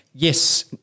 Yes